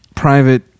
Private